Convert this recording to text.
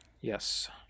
Yes